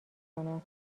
کنن